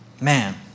Man